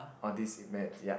all these events ya